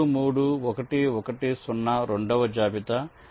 3 3 1 1 0 రెండవ జాబితా